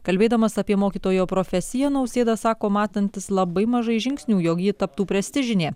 kalbėdamas apie mokytojo profesiją nausėda sako matantis labai mažai žingsnių jog ji taptų prestižinė